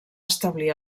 establir